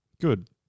Good